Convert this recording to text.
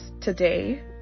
today